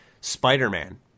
spider-man